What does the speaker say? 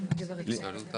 תצא מזה.